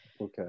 okay